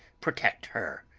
protect her.